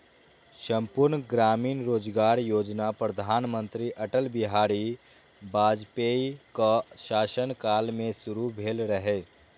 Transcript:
संपूर्ण ग्रामीण रोजगार योजना प्रधानमंत्री अटल बिहारी वाजपेयीक शासन काल मे शुरू भेल रहै